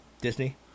Disney